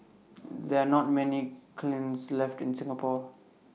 there are not many kilns left in Singapore